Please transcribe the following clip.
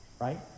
right